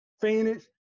Phoenix